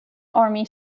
army